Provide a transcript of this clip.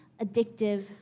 addictive